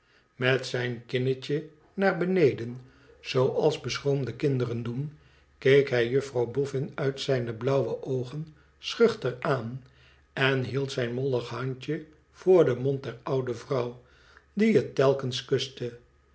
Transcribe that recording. met zijn kinnetje naar beneden zooals beschroomde kinderen doen keek hij juffrouw boffin uit zijne blauwe oogen schuchter aan en hield zijn mollig handje voor den mond der oude vrouw die het telkens kuste